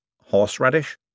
horseradish